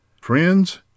Friends